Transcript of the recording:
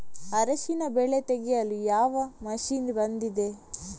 ಅರಿಶಿನ ಬೆಳೆ ತೆಗೆಯಲು ಯಾವ ಮಷೀನ್ ಬಂದಿದೆ?